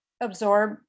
absorb